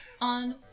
On